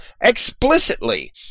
explicitly